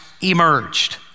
emerged